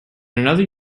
another